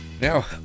Now